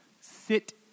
Sit